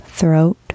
throat